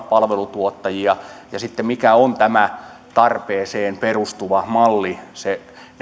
palveluntuottajia ja mikä on tämä tarpeeseen perustuva malli